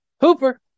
hooper